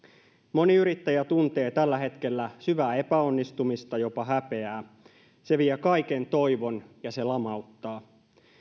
moni yrittäjä tuntee tällä hetkellä syvää epäonnistumista jopa häpeää se vie kaiken toivon ja se lamauttaa